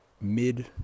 mid